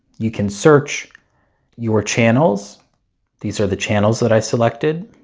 you can search your channels these are the channels that i selected